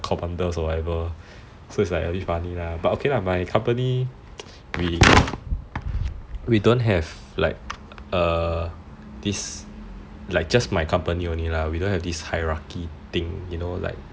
commanders or whatever so it's like a bit funny lah but my company we don't have this hierarchy thing